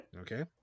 okay